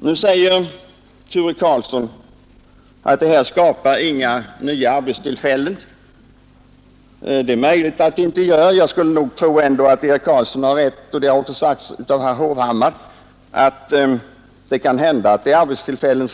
Nu säger Helge Karlsson att det här skapar inga nya arbetstillfällen. Det är möjligt att det inte gör det. Men det kan hända, herr Karlsson, att det — som också herr Hovhammar framhöll — kan bli så att arbetstillfällen